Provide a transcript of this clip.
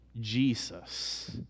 Jesus